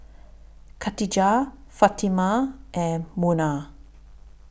Katijah Fatimah and Munah